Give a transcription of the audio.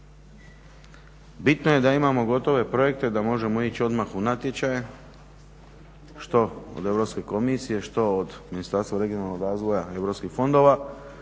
bitno je da imamo gotove projekte da možemo ići odmah u natječaj što od Europske komisije što od Ministarstva regionalnog razvoja i EU fondova